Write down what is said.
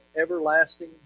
everlasting